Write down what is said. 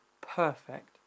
perfect